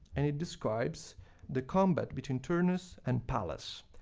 and it describes the combat between turnus and pallas.